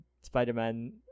Spider-Man